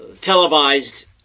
televised